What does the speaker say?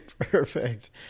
perfect